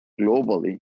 globally